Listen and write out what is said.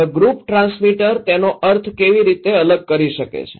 હવે group transmitter તેનો અર્થ કેવી રીતે અલગ કરી શકે છે